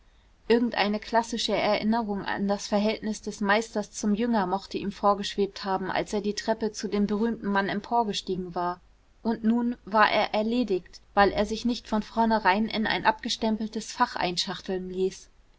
irgendeine klassische erinnerung an das verhältnis des meisters zum jünger mochte ihm vorgeschwebt haben als er die treppe zu dem berühmten mann emporgestiegen war und nun war er erledigt weil er sich nicht von vornherein in ein abgestempeltes fach einschachteln ließ